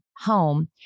home